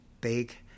big